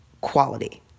quality